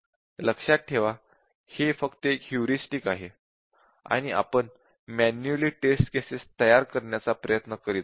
लक्षात ठेवा हे फक्त एक ह्युरिस्टिक आहे आणि आपण मॅन्युअली टेस्ट केसेस तयार करण्याचा प्रयत्न करीत आहोत